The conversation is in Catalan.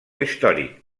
històric